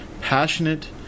passionate